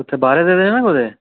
कुत्थै बाहरे दे ते नी ना कुतै